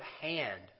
hand